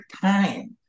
time